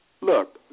Look